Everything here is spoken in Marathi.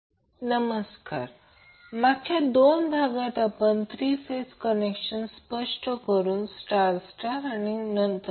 तर आत्ताच पाहिले आहे की Δ सोर्सचे रुपांतर समतुल्य स्टार सोर्समध्ये करा